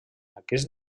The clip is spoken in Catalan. aquest